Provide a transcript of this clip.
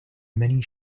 many